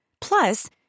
Plus